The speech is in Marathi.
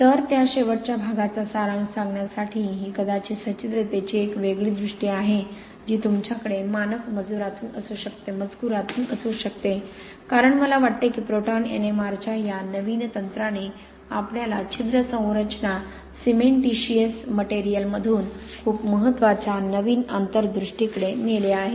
तर त्या शेवटच्या भागाचा सारांश सांगण्यासाठी ही कदाचित सच्छिद्रतेची एक वेगळी दृष्टी आहे जी तुमच्याकडे मानक मजकुरातून असू शकते कारण मला वाटते की प्रोटॉन N M R च्या या नवीन तंत्राने आपल्याला छिद्र संरचना सिमेंटीशिअस मटेरिअलमधून खूप महत्त्वाच्या नवीन अंतर्दृष्टीकडे नेले आहे